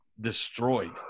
destroyed